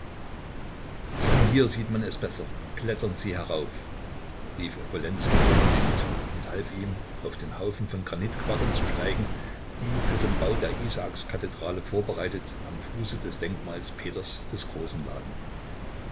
von hier sieht man es besser klettern sie herauf rief obolenskij golizyn zu und half ihm auf den haufen von granitquadern zu steigen die für den bau der isaakskathedrale vorbereitet am fuße des denkmals peters des großen lagen